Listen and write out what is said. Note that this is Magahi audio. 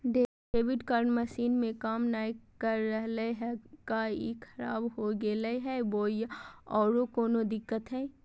डेबिट कार्ड मसीन में काम नाय कर रहले है, का ई खराब हो गेलै है बोया औरों कोनो दिक्कत है?